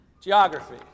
Geography